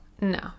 No